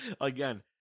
Again